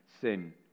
sin